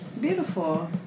beautiful